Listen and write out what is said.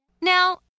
Now